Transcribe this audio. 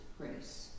grace